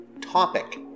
topic